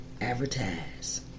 advertise